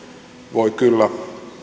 voi kyllä